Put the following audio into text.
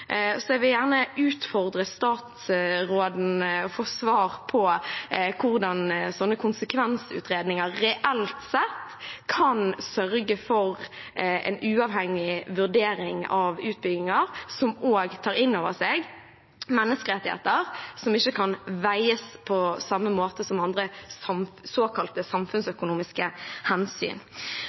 Jeg vil gjerne utfordre statsråden på å svare på hvordan sånne konsekvensutredninger reelt sett kan sørge for en uavhengig vurdering av utbygginger som også tar innover seg menneskerettigheter, som ikke kan veies på samme måte som andre såkalte samfunnsøkonomiske hensyn.